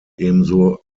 ebenso